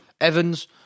Evans